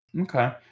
Okay